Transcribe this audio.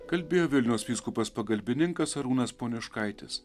kalbėjo vilniaus vyskupas pagalbininkas arūnas poniškaitis